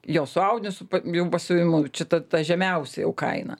jo su audiniu su jau pasiuvimu čia ta ta žemiausia jau kaina